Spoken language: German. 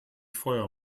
feuer